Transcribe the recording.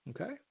Okay